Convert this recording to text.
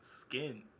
skin